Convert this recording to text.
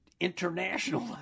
international